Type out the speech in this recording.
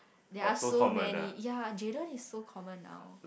ya so many ya Jayden is so common now